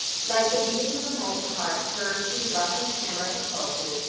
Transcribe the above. like the beating of a mighty heart heard through the rushing clamor of the pulses,